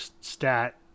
stat